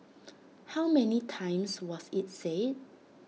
how many times was IT said